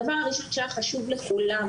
הדבר שהיה חשוב לכולם,